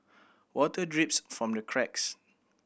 water drips from the cracks